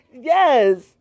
Yes